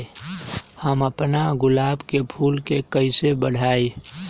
हम अपना गुलाब के फूल के कईसे बढ़ाई?